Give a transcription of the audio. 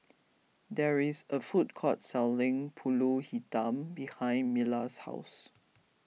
there is a food court selling Pulut Hitam behind Mila's house